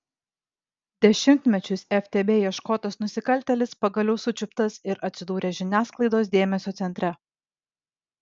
dešimtmečius ftb ieškotas nusikaltėlis pagaliau sučiuptas ir atsidūrė žiniasklaidos dėmesio centre